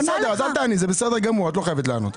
בסדר, אז אל תעני, את לא חייבת לענות.